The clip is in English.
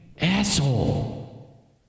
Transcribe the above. asshole